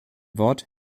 wort